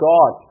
God